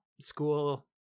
School